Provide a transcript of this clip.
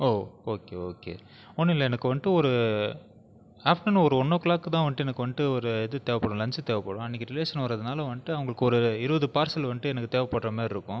ஓ okay okay ஒன்னுல்லே எனக்கு வந்துட்டு ஒரு ஆஃப்டர்நூன் ஒரு ஒண்ணோ ஓ கிளாக்தான் வந்துட்டு எனக்கு வந்துட்டு ஒரு இது தேவைப்படும் லஞ்ச் தேவைப்படும் அன்றைக்கு ரிலேஷன் வரதுனால் வந்துட்டு அவர்களுக்கு ஒரு இருபது பார்சல் வந்துட்டு எனக்கு தேவைப்படற மாதிரி இருக்கும்